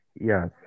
Yes